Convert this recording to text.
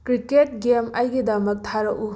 cricket game ꯑꯩꯒꯤꯗꯃꯛ ꯊꯥꯔꯛꯎ